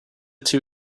two